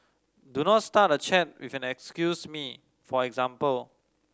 do not start a chat with an excuse me for example